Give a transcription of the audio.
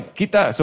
kita